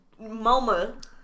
MoMA